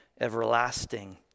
everlasting